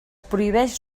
prohibeix